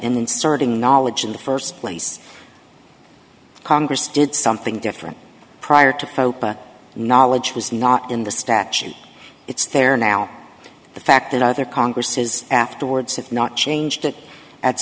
inserting knowledge in the first place congress did something different prior to focus knowledge was not in the statute it's there now the fact that other congresses afterwards have not changed it at